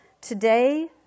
Today